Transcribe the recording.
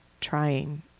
trying